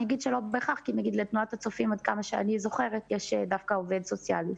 כי לתנועת הצופים יש דווקא עובד סוציאלי,